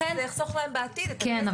זה יחסוך להם בעתיד את הכסף --- כן,